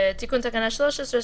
תיקון תקנה 13,